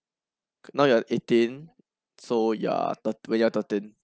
now you're eighteen so you're third when you are thirteen